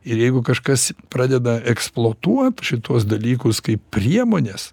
ir jeigu kažkas pradeda eksploatuot šituos dalykus kaip priemones